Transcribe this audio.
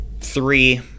Three